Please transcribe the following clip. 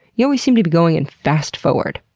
you always seem to be going in fast forward.